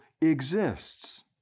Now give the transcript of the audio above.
exists